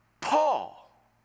Paul